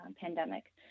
pandemic